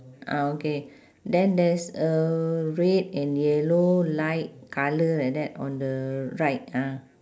ah okay then there's a red and yellow light colour like that on the right ah